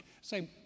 say